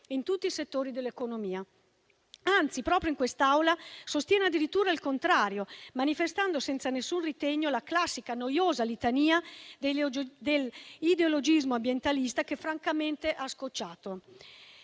in tutti i settori dell'economia. Anzi, proprio in quest'Aula si sostiene addirittura il contrario, manifestando senza nessun ritegno la classica noiosa litania dell'ideologismo ambientalista, che francamente ha scocciato.